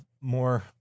More